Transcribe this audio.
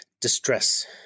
distress